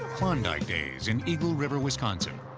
klondike days in eagle river, wisconsin.